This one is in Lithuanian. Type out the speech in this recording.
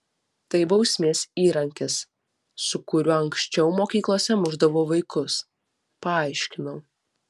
tai bausmės įrankis su kuriuo anksčiau mokyklose mušdavo vaikus paaiškinau